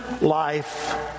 life